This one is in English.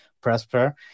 Prosper